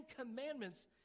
Commandments